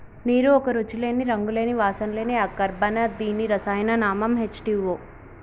నీరు ఒక రుచి లేని, రంగు లేని, వాసన లేని అకర్బన దీని రసాయన నామం హెచ్ టూవో